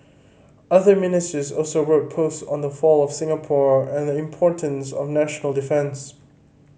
other Ministers also wrote post on the fall of Singapore and the importance of national defence